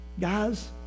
guys